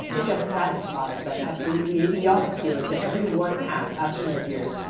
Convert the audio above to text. it just satisfies that absolutely idiotic feeling that every one has after mid-years,